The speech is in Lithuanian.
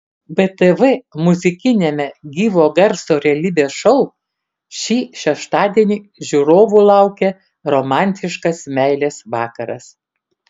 btv muzikiniame gyvo garso realybės šou šį šeštadienį žiūrovų laukia romantiškas meilės vakaras